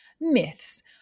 myths